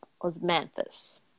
osmanthus